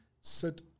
sit